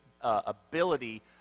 ability